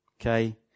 Okay